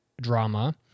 drama